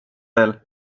veel